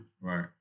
Right